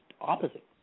opposite